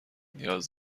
نیاز